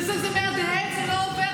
זה מהדהד, זה לא עובר.